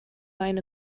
eine